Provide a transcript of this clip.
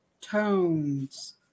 tones